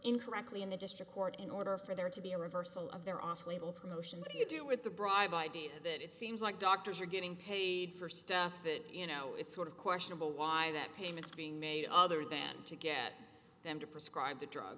incorrectly in the district court in order for there to be a reversal of their off label promotion that you do with the bribe idea that it seems like doctors are getting paid for stuff that you know it's sort of questionable why that payment is being made other than to get them to prescribe a drug